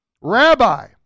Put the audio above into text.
Rabbi